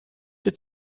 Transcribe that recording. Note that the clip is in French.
être